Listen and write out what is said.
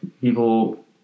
people